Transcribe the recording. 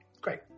great